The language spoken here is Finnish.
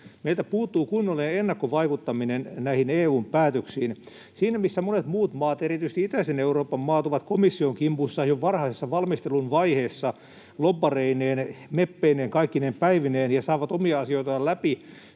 Meiltä puuttuu kunnollinen ennakkovaikuttaminen näihin EU:n päätöksiin. Siinä, missä monet muut maat, erityisesti itäisen Euroopan maat, ovat komission kimpussa jo varhaisessa valmistelun vaiheessa lobbareineen, meppeineen, kaikkineen päivineen ja saavat omia asioitaan läpi,